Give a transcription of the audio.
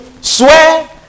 swear